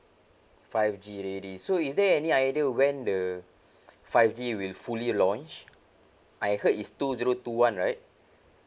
five G ready so is there any idea when the five G will fully launch I heard it's two zero two one right